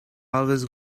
always